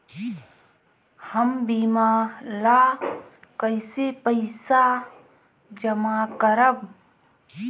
हम बीमा ला कईसे पईसा जमा करम?